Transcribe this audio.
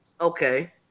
okay